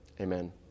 Amen